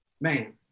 Man